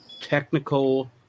technical